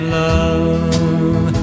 love